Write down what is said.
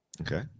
Okay